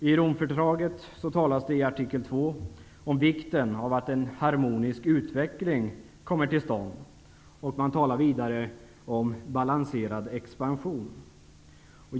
I Romfördraget talas det i artikel 2 om vikten av att en harmonisk utveckling kommer till stånd. Man talar vidare om balanserad expansion.